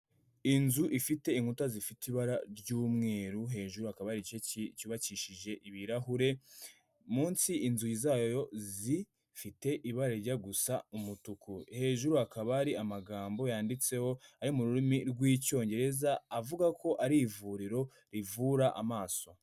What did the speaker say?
Inzu ifite inkuta zifite ibara ry'umweru, hejuru hakaba hari igice cyubakishije ibirahure, munsi inzugi zayo zifite ibara rijya gusa umutuku. Hejuru hakaba hari amagambo yanditseho, ari mu rurimi rw'Icyongereza, avuga ko ari ivuriro rivura amaso.